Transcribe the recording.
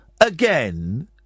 again